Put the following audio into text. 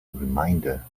reminder